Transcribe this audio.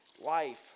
...life